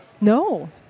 No